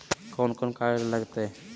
कौन कौन कागज लग तय?